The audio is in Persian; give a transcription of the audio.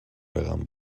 رقم